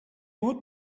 would